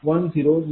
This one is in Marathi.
u